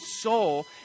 soul